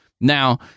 Now